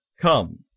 come